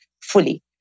fully